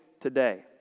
today